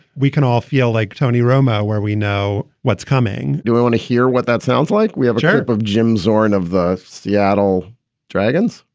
we can all feel like tony romo where we know what's coming do we want to hear what that sounds like? we have type of jim zorn of the seattle dragons,